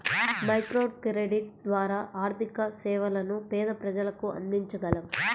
microcredit ద్వారా ఆర్థిక సేవలను పేద ప్రజలకు అందించగలం